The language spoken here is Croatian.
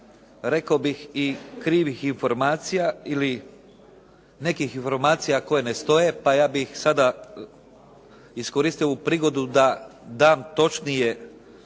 rekao bih i krivih informacija ili nekih informacija koje ne stoje, pa ja bi ih sada iskoristio ovu prigodu da dam točnije podatke,